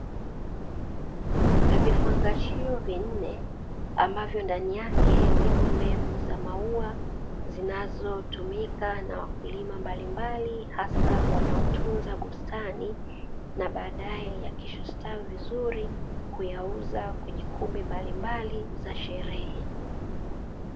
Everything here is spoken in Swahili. Vifungashio vinne ambavyo ndani yake zipo mbegu za maua zinazotumika na wakulima mbalimbali hasa wanaotunza bustani na baadae yakishastawi vizuri kuyauza kwenye kumbi mbalimbali za sherehe.